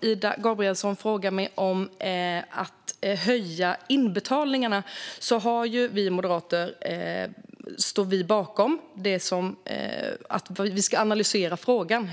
Ida Gabrielsson frågar om att höja inbetalningarna. Vi moderater står bakom att vi ska analysera frågan.